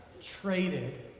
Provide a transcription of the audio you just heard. traded